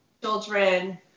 Children